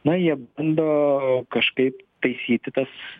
na jie bando kažkaip taisyti tas